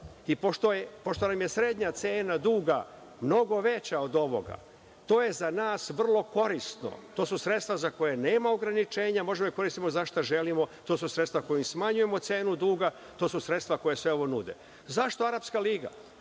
i pošto nam je srednja cena duga mnogo veća od ovoga, to je za nas vrlo korisno, to su sredstva za koja nema ograničenja i možemo da ih koristimo za šta želimo, to su sredstva kojima smanjujemo cenu duga, to su sredstva koja sve ovo nude.Zašto Arapska liga?